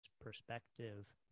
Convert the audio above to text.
perspective